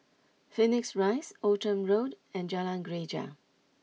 Phoenix Rise Outram Road and Jalan Greja